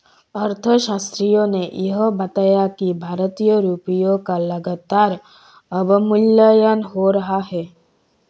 अर्थशास्त्रियों ने यह बताया कि भारतीय रुपयों का लगातार अवमूल्यन हो रहा है